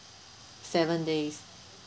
seven days